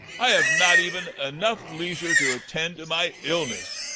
i have not even enough leisure to attend to my illness.